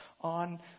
on